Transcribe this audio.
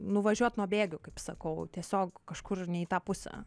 nuvažiuot nuo bėgių kaip sakau tiesiog kažkur ne į tą pusę